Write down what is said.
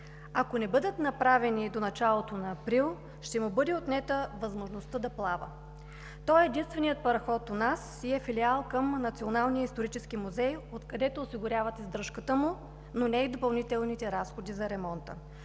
Ако не бъдат направени до началото на април, ще му бъде отнета възможността да плава. Той е единственият параход у нас и е филиал към Националния исторически музей, откъдето осигуряват издръжката му, но не и допълнителните разходи за ремонта.